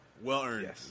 Well-earned